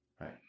Right